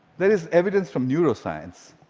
there is evidence from neuroscience.